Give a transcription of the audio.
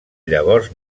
llavors